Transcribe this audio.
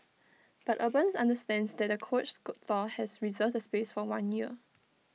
but urban understands that the coach store has reserved the space for one year